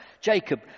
Jacob